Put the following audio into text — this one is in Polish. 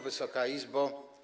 Wysoka Izbo!